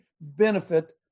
benefit